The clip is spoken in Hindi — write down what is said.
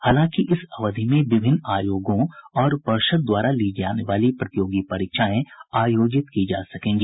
हालांकि इस अवधि में विभिन्न आयोगों और पर्षद द्वारा ली जाने वाली प्रतियोगी परीक्षाएं आयोजित की जा सकेंगी